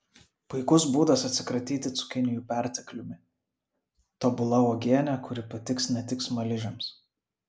puikus būdas atsikratyti cukinijų pertekliumi tobula uogienė kuri patiks ne tik smaližiams